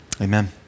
amen